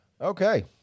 Okay